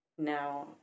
Now